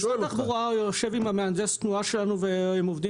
משרד התחבורה יושב עם מהנדס התנועה שלנו והם עובדים